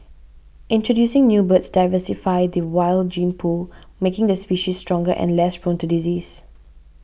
introducing new birds diversify the wild gene pool making the species stronger and less prone to disease